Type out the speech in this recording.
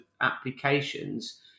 applications